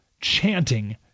chanting